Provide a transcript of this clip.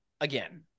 Again